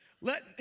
Let